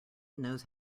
knows